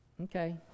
okay